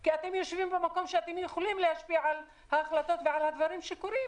כי אתם יושבים במקום שאתם יכולים להשפיע על ההחלטות ועל הדברים שקורים.